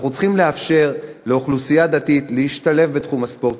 אנחנו צריכים לאפשר לאוכלוסייה דתית להשתלב בתחום הספורט,